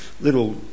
little